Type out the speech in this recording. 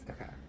Okay